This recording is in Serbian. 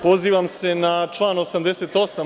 Pozivam se na član 88.